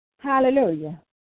Hallelujah